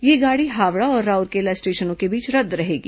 यह गाड़ी हावड़ा और राउरकेला स्टेशनों के बीच रद्द रहेगी